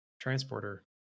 transporter